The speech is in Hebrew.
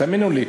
תאמינו לי.